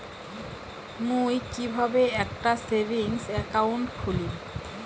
মুই কিভাবে একটা সেভিংস অ্যাকাউন্ট খুলিম?